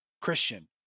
christian